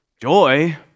Joy